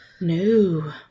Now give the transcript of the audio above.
No